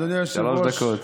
שלוש דקות.